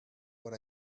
what